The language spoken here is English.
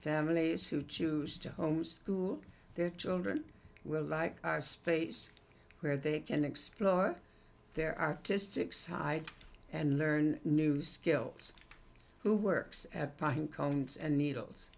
families who choose to homeschool their children will like our space where they can explore their artistic side and learn new skills who works at pine cones and needles